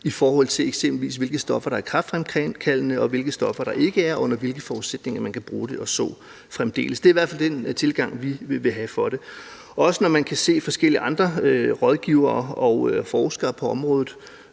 i forhold til eksempelvis hvilke stoffer der er kræftfremkaldende, hvilke stoffer der ikke er, under hvilke forudsætninger man kan bruge dem og så fremdeles. Det er i hvert fald den tilgang, vi vil have til det. Også de udsagn, vi hører fra forskellige andre rådgivere og forskere på området